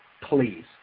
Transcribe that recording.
Please